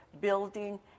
building